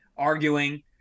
Arguing